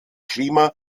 klima